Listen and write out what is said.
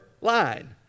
line